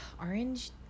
orange